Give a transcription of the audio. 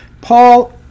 Paul